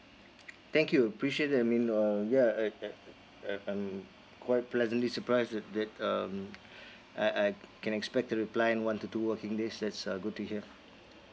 thank you appreciate that I mean uh yeah uh uh uh um I'm quite pleasantly surprised that that um I I can expect the reply in one to two working days that's uh good to hear